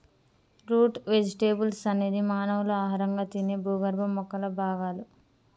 route vegetables అనేది మానవులు ఆహారంగా తినే భూగర్భ మొక్కల భాగాలు